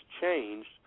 changed